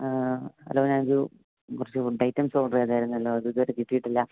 ആ ഹലോ ഞാനൊരു കുറച്ച് ഫുഡ് ഐറ്റംസ് ഓർഡര് ചെയ്തായിരുന്നുവല്ലോ അതിതുവരെ കിട്ടിയിട്ടില്ല